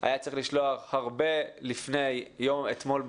היה צריך לשלוח הרבה לפני אתמול בלילה.